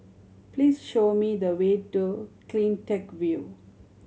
please show me the way to Cleantech View